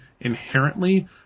inherently